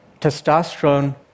testosterone